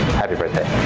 happy birthday.